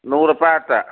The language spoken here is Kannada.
ನೂರು ರೂಪಾಯಿ ಆಗತ್ತ